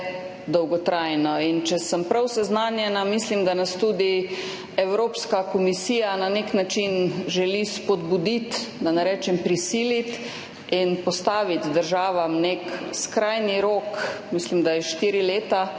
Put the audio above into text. predolgotrajno. In če sem prav seznanjena, mislim, da nas tudi Evropska komisija na nek način želi spodbuditi, da ne rečem prisiliti in postaviti državam nek skrajni rok, mislim, da je štiri leta,